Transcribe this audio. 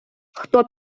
хто